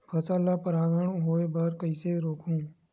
फसल ल परागण होय बर कइसे रोकहु?